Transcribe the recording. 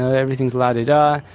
ah everything's la-di-da.